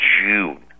June